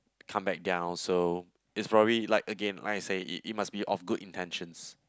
come back down so is probably like again I said it it must be all good intentions